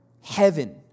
heaven